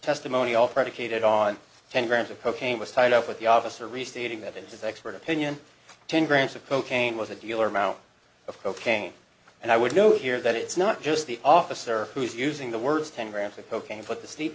testimony all predicated on ten grams of cocaine was tied up with the officer restating that in his expert opinion ten grams of cocaine was a dealer amount of cocaine and i would note here that it's not just the officer who is using the words ten grams of cocaine put the stat